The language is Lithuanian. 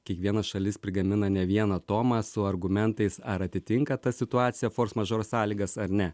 kiekviena šalis prigamina ne vieną tomą su argumentais ar atitinka ta situacija fors mažor sąlygas ar ne